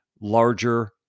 larger